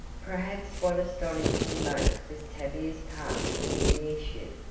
perhaps what astonished him most was tavia's part in the issue.